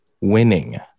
Winning